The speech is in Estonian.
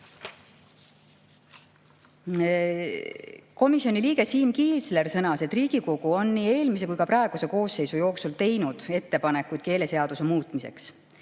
suhtes. Komisjoni liige Siim Kiisler sõnas, et Riigikogu on nii eelmise kui ka praeguse koosseisu jooksul teinud ettepanekuid keeleseaduse muutmiseks